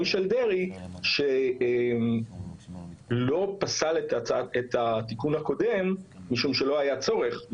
של דרעי שלא פסל את התיקון הקודם משום שלא היה צורך.